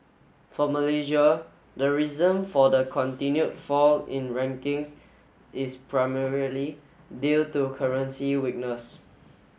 for Malaysia the reason for the continue fall in rankings is primarily due to currency weakness